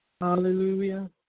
Hallelujah